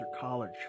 College